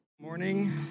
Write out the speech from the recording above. Morning